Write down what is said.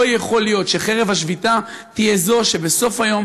לא יכול להיות שחרב השביתה תהיה זו שבסוף היום